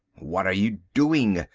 what are you doing?